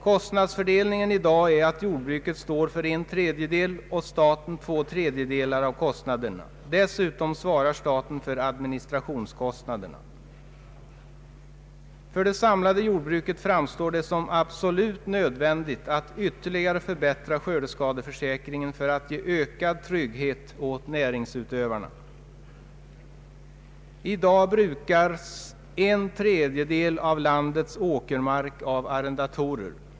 Kostnadsfördelningen i dag innebär att jordbruket står för en tredjedel och staten för två tredjedelar av kostnaderna. Dessutom svarar staten för administrationskostnaderna. För det samlade jordbruket framstår det som absolut nödvändigt att skördeskadeförsäkringen ytterligare förbättras för att ge ökad trygghet åt näringsutövarna. I dag brukas en tredjedel av landets åkermark av arrendatorer.